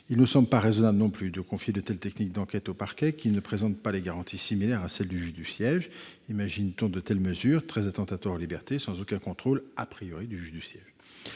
Il ne semble pas raisonnable non plus de confier de telles techniques d'enquête au parquet, qui ne présente pas des garanties similaires à celles des juges du siège. Peut-on imaginer de prendre des mesures très attentatoires aux libertés sans aucun contrôle d'un juge du siège ?